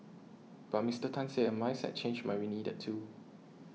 but Mister Tan said a mindset change might be needed too